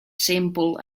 simple